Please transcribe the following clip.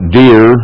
dear